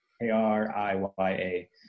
k-r-i-y-a